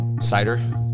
cider